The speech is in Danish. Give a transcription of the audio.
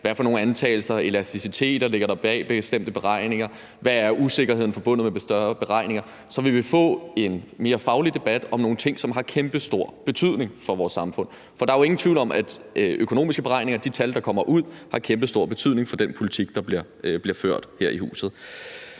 nogle antagelser, elasticiteter der ligger bag bestemte beregninger, og hvad usikkerheden forbundet med større beregninger er, så vil vi få en mere faglig debat om nogle ting, som har kæmpestor betydning for vores samfund, for der er jo ingen tvivl om, at økonomiske beregninger og de tal, der kommer ud, har kæmpestor betydning for den politik, der bliver ført her i huset.